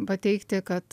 pateikti kad